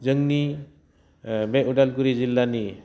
जोंनि बे उदालगुरि जिल्लानि